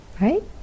right